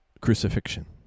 Crucifixion